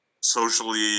socially